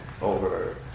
over